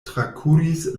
trakuris